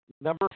number